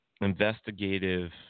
investigative